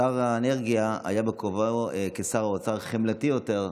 שר האנרגיה היה בכובעו כשר האוצר חמלתי יותר,